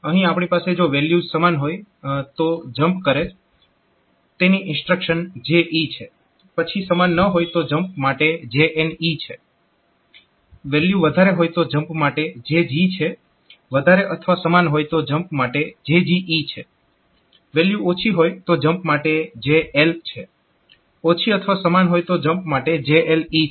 અહીં આપણી પાસે જો વેલ્યુઝ સમાન હોય તો જમ્પ કરે તેની ઇન્સ્ટ્રક્શન JE છે પછી સમાન ન હોય તો જમ્પ માટે JNE છે વેલ્યુ વધારે હોય તો જમ્પ માટે JG છે વધારે અથવા સમાન હોય તો જમ્પ માટે JGE છે વેલ્યુ ઓછી હોય તો જમ્પ માટે JL છે ઓછી અથવા સમાન હોય તો જમ્પ માટે JLE છે